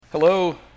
Hello